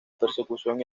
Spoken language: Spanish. percusión